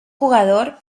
jugador